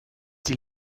die